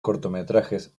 cortometrajes